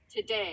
Today